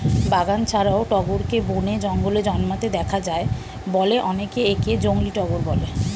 বাগান ছাড়াও টগরকে বনে, জঙ্গলে জন্মাতে দেখা যায় বলে অনেকে একে জংলী টগর বলে